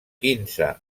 quinze